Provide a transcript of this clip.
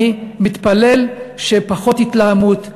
אני מתפלל לפחות התלהמות,